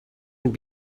want